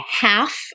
half